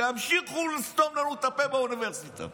שימשיכו לסתום לנו את הפה באוניברסיטה.